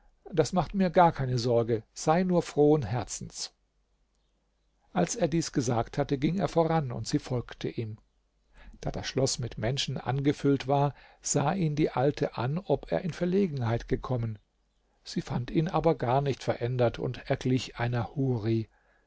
das macht mir gar keine sorge sei nur frohen herzens als er dies gesagt hatte ging er voran und sie folgte ihm da das schloß mit menschen angefüllt war sah ihn die alte an ob er in verlegenheit gekommen sie fand ihn aber gar nicht verändert und er glich einer huri